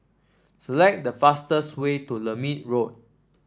select the fastest way to Lermit Road